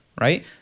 right